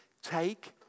Take